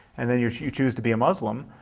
and then you you choose to be a muslim